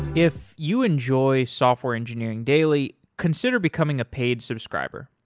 if you enjoy software engineering daily, consider becoming a paid subscriber.